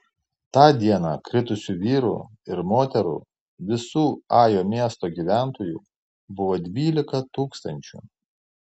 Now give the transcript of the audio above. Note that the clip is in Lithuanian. tą dieną kritusių vyrų ir moterų visų ajo miesto gyventojų buvo dvylika tūkstančių